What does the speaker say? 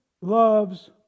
loves